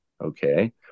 okay